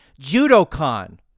Judocon